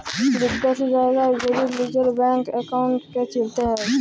বিদ্যাশি জায়গার যদি লিজের ব্যাংক একাউল্টকে চিলতে হ্যয়